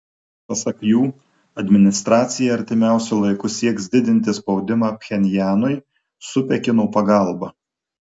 pasak jų administracija artimiausiu laiku sieks didinti spaudimą pchenjanui su pekino pagalba